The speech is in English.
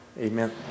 Amen